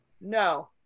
no